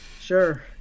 sure